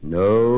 no